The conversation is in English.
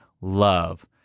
love